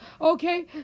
Okay